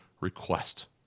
request